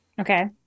Okay